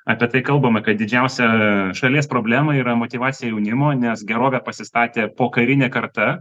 apie tai kalbama kad didžiausia šalies problema yra motyvacija jaunimo nes gerovę pasistatė pokarinė karta